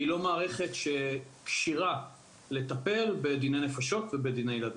לא מערכת שכשירה לטפל בדיני נפשות ובדיני ילדים.